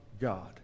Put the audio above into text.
God